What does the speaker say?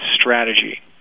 strategy